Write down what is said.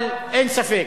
אבל אין ספק,